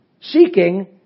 seeking